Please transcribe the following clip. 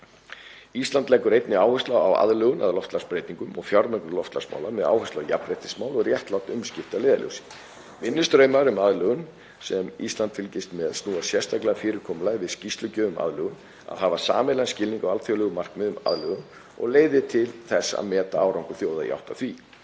Ísland leggur einnig áherslu á aðlögun að loftslagsbreytingum og fjármögnun loftslagsmála með áherslu á jafnréttismál og réttlát umskipti að leiðarljósi. Vinnustraumar um aðlögun sem Ísland fylgist með snúa sérstaklega að fyrirkomulagi við skýrslugjöf um aðlögun, að hafa sameiginlegan skilning á alþjóðlegum markmiðum um aðlögun og leiðum til þess að meta árangur þjóða í átt að því.